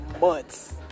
months